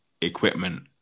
equipment